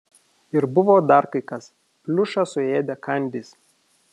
ir buvo dar kai kas pliušą suėdė kandys